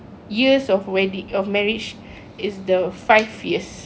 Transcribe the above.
years of wedding of marriage is the five years